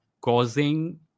causing